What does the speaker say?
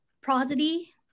prosody